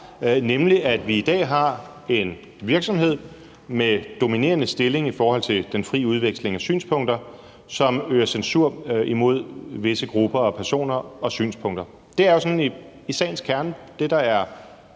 nemlig at vi i dag har en virksomhed med en dominerende stilling i forhold til den frie udveksling af synspunkter, som øver censur mod visse grupper, personer og synspunkter. Det er jo sagens kerne i det, der er